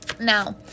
Now